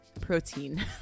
protein